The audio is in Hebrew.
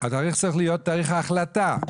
התאריך צריך להיות תאריך ההחלטה.